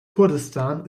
kurdistan